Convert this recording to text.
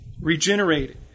regenerated